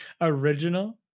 Original